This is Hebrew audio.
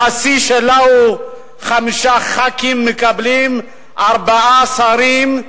שהשיא שלה הוא שחמישה חברי כנסת מקבלים ארבעה תפקידי שרים.